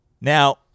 now